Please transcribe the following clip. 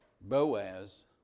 Boaz